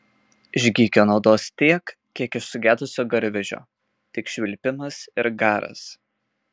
iš gykio naudos tiek kiek iš sugedusio garvežio tik švilpimas ir garas